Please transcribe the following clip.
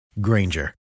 Granger